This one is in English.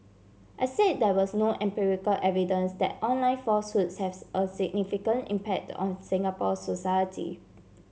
I said there was no empirical evidence that online falsehoods have a significant impact on Singapore society